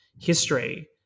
history